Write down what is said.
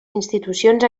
institucions